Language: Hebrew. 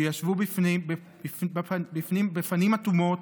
"שישבו בפנים אטומות,